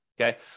Okay